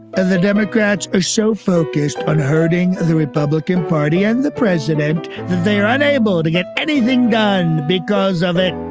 and the democrats are so focused on hurting the republican party and the president that they're unable to get anything done because of it.